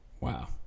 Wow